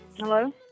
Hello